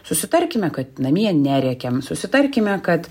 susitarkime kad namie nerėkiam susitarkime kad